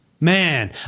man